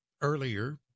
Earlier